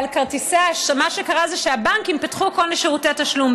אבל מה שקרה זה שהבנקים פתחו כל מיני שירותי תשלום,